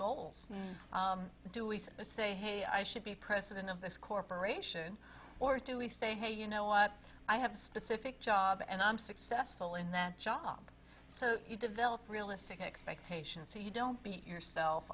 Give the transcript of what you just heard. when do we say hey i should be president of this corporation or do we say hey you know what i have a specific job and i'm successful in that job so you develop realistic expectations so you don't beat yourself